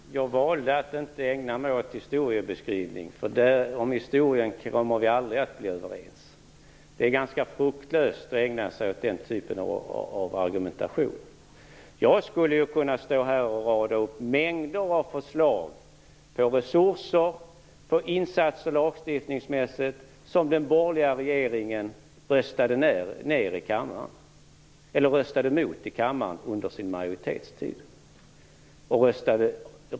Fru talman! Jag valde att inte ägna mig åt historieskrivning. Om historien kommer vi nämligen aldrig att bli överens. Det är ganska fruktlöst att ägna sig åt den typen av argumentation. Jag skulle här kunna rada upp en mängd förslag gällande resurser och insatser lagstiftningsmässigt som den borgerliga regeringen röstade mot och ned i denna kammare under sin majoritetstid.